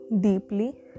deeply